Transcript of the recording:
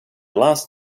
last